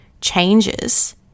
changes